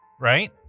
right